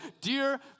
Dear